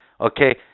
Okay